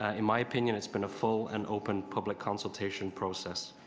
ah in my opinion, it's been a full and open public consultation process.